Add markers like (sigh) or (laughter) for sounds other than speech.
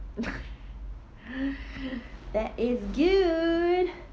(laughs) (breath) that is good